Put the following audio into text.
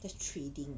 that's trading